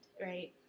right